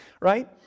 right